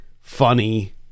funny